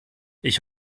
ich